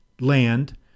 Land